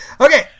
okay